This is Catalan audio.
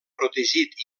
protegit